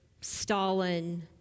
Stalin